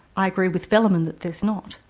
i agree with velleman that there's not,